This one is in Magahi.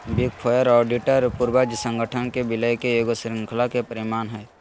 बिग फोर ऑडिटर पूर्वज संगठन के विलय के ईगो श्रृंखला के परिणाम हइ